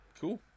Cool